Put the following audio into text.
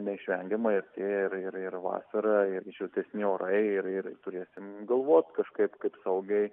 neišvengiamai ir ir ir vasara ir šiltesni orai ir ir turėsim galvot kažkaip kaip saugiai